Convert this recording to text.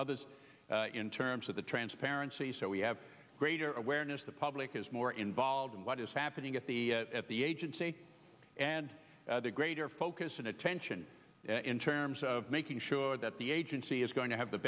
others in terms of the transparency so we have greater awareness the public is more involved in what is happening at the at the agency and the greater focus and attention in terms of making sure that the agency is going to have the